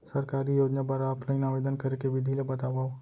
सरकारी योजना बर ऑफलाइन आवेदन करे के विधि ला बतावव